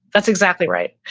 that's exactly right.